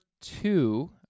two